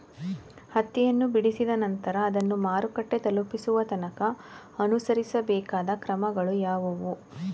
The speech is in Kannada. ಹತ್ತಿಯನ್ನು ಬಿಡಿಸಿದ ನಂತರ ಅದನ್ನು ಮಾರುಕಟ್ಟೆ ತಲುಪಿಸುವ ತನಕ ಅನುಸರಿಸಬೇಕಾದ ಕ್ರಮಗಳು ಯಾವುವು?